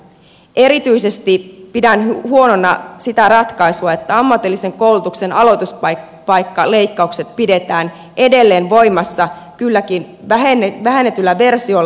erityisesti pidän huonona sitä ratkaisua että ammatillisen koulutuksen aloituspaikkaleikkaukset pidetään edelleen voimassa kylläkin vähennetyllä versiolla